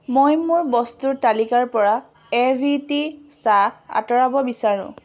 মই মোৰ বস্তুৰ তালিকাৰপৰা এ ভি টি চাহ আঁতৰাব বিচাৰোঁ